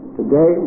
today